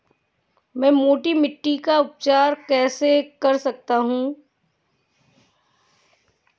मैं मोटी मिट्टी का उपचार कैसे कर सकता हूँ?